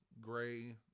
gray